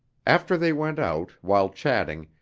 after they went out, while chatting,